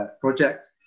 project